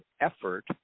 effort